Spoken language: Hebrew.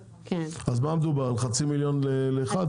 אז על מה מדובר, על חצי מיליון לאחד?